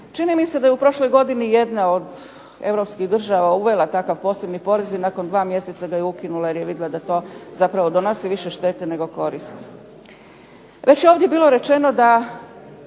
Čini mi se da je u prošloj godini jedna od europskih država uvela takav posebni porez i nakon 2 mjeseca ga je ukinula jer je vidjela da to zapravo donosi više štete nego koristi. Još je ovdje bilo rečeno da